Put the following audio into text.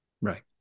Right